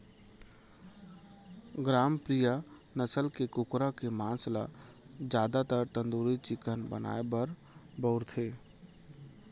ग्रामप्रिया नसल के कुकरा के मांस ल जादातर तंदूरी चिकन बनाए बर बउरथे